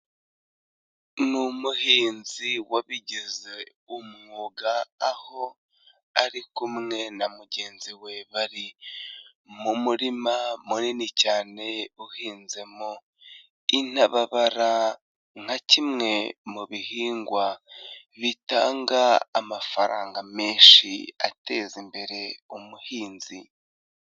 Ni umuhinzi wabigize umwuga aho, ari kumwe na mugenzi we bari, mu murima munini cyane uhinzemo, intababara nka kimwe mu bihingwa, bitanga amafaranga menshi atezimbere umuhinzi.